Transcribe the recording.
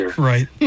Right